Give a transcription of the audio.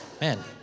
man